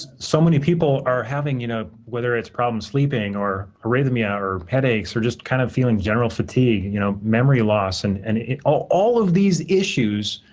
ah so many people are having, you know whether it's problems sleeping, or arrhythmia, or headaches, or just kind of feeling general fatigue and you know memory loss. and and all all of these issues,